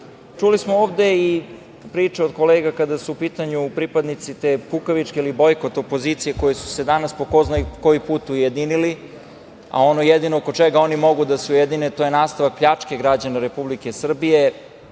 smo ovde i priče od kolega kada su u pitanju pripadnici te kukavičke ili bojkot opozicije, koji su se danas po ko zna koji put ujedinili, a ono jedino oko čega oni mogu da se ujedine je nastavak pljačke građana Republike Srbije